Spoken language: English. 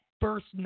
first